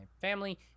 family